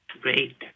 Great